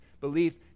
belief